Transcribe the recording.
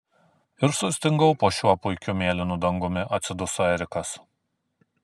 ir sustingau po šiuo puikiu mėlynu dangumi atsiduso erikas